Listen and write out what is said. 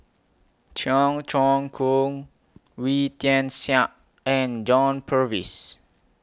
Cheong Choong Kong Wee Tian Siak and John Purvis